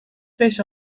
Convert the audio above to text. beş